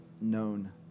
known